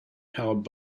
powered